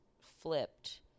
flipped